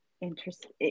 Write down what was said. Interesting